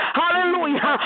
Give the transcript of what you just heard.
hallelujah